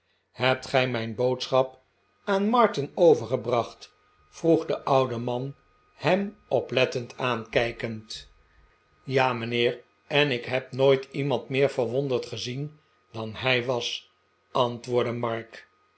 hebt gij mijn boodschap aan martin overgebracht vroeg de oude man hem oplettend aankijkend ja mijnheer en ik heb nooit iemand meer verwonderd gezien dan hij was antwoordde mark